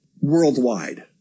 worldwide